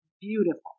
beautiful